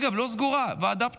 אגב, לא ועדה סגורה, ועדה פתוחה.